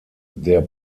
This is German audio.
der